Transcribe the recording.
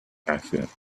accidents